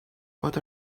what